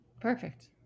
Perfect